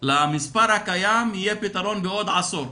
למספר הקיים יהיה פתרון בעוד עשור.